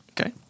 Okay